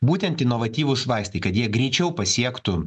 būtent inovatyvūs vaistai kad jie greičiau pasiektų